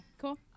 cool